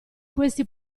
questi